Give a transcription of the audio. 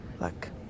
look